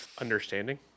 understanding